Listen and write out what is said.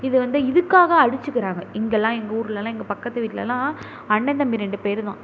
இது வந்து இதுக்காக அடிச்சுக்கிறாங்க இங்கேல்லாம் எங்கள் ஊர்லலாம் எங்கள் பக்கத்து வீட்டிலலாம் அண்ணன் தம்பி ரெண்டு பேர் தான்